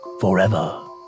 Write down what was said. forever